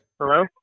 Hello